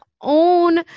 own